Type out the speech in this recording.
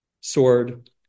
sword